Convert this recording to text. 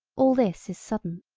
all this is sudden.